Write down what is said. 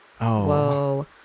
Whoa